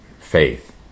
faith